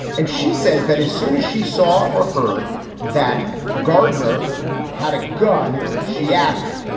and she says that as soon as she saw or heard that gardner had a gun, she acted.